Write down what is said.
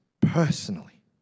personally